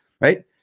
right